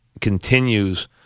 continues